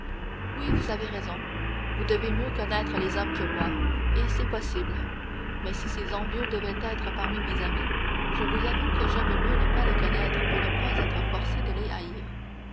oui vous avez raison vous devez mieux connaître les hommes que moi et c'est possible mais si ces envieux devaient être parmi mes amis je vous avoue que j'aime mieux ne pas les connaître pour ne point être forcé de les